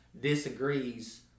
disagrees